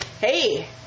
hey